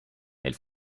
nel